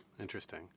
Interesting